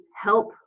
help